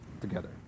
together